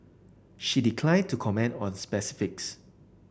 she declined to comment on specifics